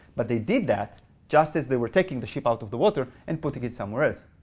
but they did that just as they were taking the ship out of the water, and putting it somewhere else.